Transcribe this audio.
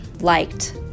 liked